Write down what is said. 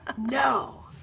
no